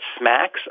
smacks